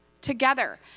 together